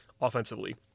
offensively